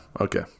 Okay